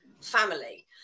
family